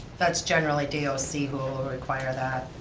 that's generally d o c who will require that.